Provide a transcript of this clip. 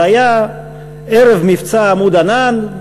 זה היה ערב מבצע "עמוד ענן",